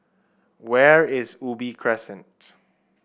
where is Ubi Crescent